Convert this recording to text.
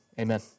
Amen